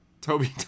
Toby